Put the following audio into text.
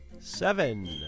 seven